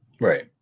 right